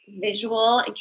visual